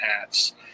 hats